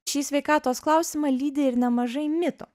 šį sveikatos klausimą lydi ir nemažai mitų